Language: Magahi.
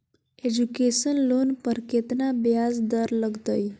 एजुकेशन लोन पर केतना ब्याज दर लगतई?